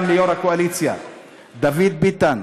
גם ליו"ר הקואליציה דוד ביטן,